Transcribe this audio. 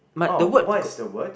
oh what is the word